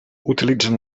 utilitzen